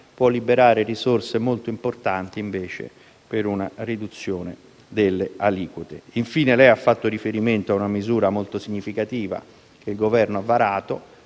può liberare risorse molto importanti per una riduzione delle aliquote. Infine, ha fatto riferimento a una misura molto significativa che il Governo ha varato